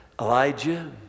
Elijah